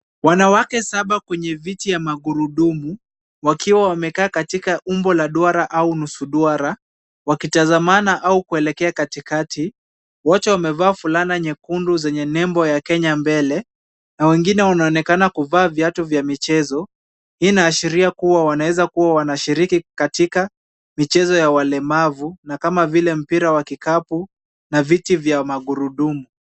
Wanawake saba kwenye viti vya magurudumu wakiwa wamekaa katika umbo la duara au nusu duara wakitazamana au kuelekea katikati . Wote wamevaa fulana nyekundu zenye nembo Kenya mbele na wengine wanaonekana kuvaa viatu vya michezo. Hii inaashiria kuwa wanaweza kuwa wanashiriki katika michezo ya walemavu na kama vile mpira wa kikapu na viti vya magurudumu.